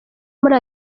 muri